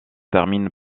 termine